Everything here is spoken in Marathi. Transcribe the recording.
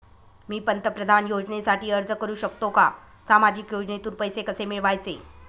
मी पंतप्रधान योजनेसाठी अर्ज करु शकतो का? सामाजिक योजनेतून पैसे कसे मिळवायचे